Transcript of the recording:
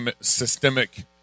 systemic